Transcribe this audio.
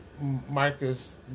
Marcus